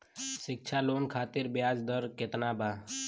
शिक्षा लोन खातिर ब्याज दर केतना बा?